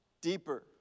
Deeper